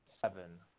seven